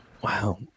Wow